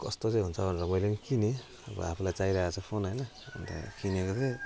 कस्तो चाहिँ हुन्छ भनेर मैले पनि किनेँ अब आफूलाई चाहिराखेको छ फोन हैन अनि त किनेको थिएँ